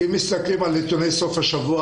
ואם מסתכלים על נתוני סוף השבוע,